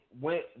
went